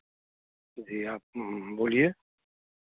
जी आप बोलिए